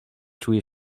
czuje